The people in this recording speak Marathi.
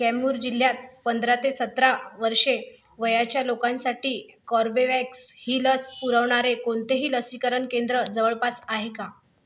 कैमूर जिल्ह्यात पंधरा ते सतरा वर्षे वयाच्या लोकांसाठी कोर्बेवॅक्स ही लस पुरवणारे कोणतेही लसीकरण केंद्र जवळपास आहे का